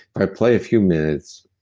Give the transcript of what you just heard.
i play a few minutes,